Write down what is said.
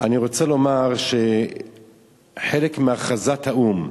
אני רוצה לומר שחלק מהכרזת האו"ם,